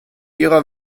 ihrer